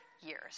years